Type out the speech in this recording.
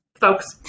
folks